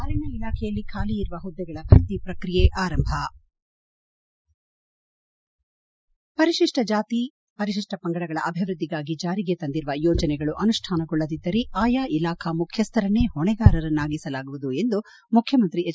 ಅರಣ್ಯ ಇಲಾಖೆಯಲ್ಲಿ ಖಾಲಿ ಇರುವ ಹುದ್ದೆಗಳ ಭರ್ತಿ ಪ್ರಕ್ರಿಯೆ ಆರಂಭ ಪರಿಶಿಷ್ಟ ಜಾತಿ ಪಂಗಡಗಳ ಅಭಿವ್ಯದ್ವಿಗಾಗಿ ಜಾರಿಗೆ ತಂದಿರುವ ಯೋಜನೆಗಳು ಅನುಷ್ಠಾನಗೊಳ್ಳದಿದ್ದರೆ ಆಯಾ ಇಲಾಖಾ ಮುಖ್ಯಸ್ಥರನ್ನೇ ಹೊಣೆಗಾರರನ್ನಾಗಿಸಲಾಗುವುದು ಎಂದು ಮುಖ್ಯಮಂತ್ರಿ ಹೆಚ್